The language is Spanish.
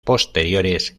posteriores